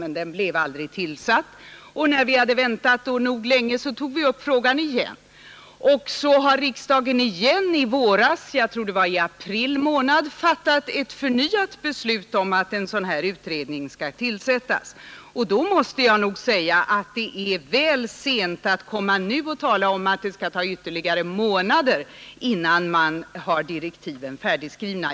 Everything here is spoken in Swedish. Den blev emellertid aldrig tillsatt, och när vi hade väntat tillräckligt länge tog vi upp frågan igen. Riksdagen har sedan i våras — jag tror det var i april månad — fattat ett förnyat beslut om att en sådan utredning skall tillsättas. Jag måste säga att det nu är väl sent att meddela att det skall dröja ytterligare flera månader innan direktiven är färdigskrivna.